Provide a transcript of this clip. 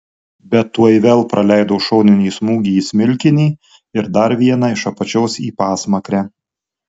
bet tuoj vėl praleido šoninį smūgį į smilkinį ir dar vieną iš apačios į pasmakrę